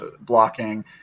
blocking